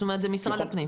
זאת אומרת זה משרד הפנים.